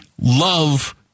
love